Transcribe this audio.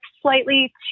slightly